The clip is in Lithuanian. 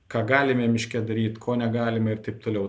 ką galime miške daryt ko negalime ir taip toliau